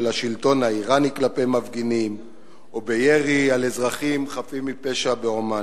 השלטון האירני כלפי מפגינים או בירי על אזרחים חפים מפשע בעומאן.